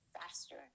faster